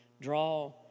Draw